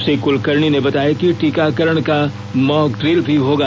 श्री कुलकर्णी ने बताया कि टीकाकरण का मॉकड्रिल भी होगा